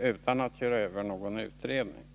utan att köra över någon utredning.